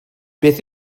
beth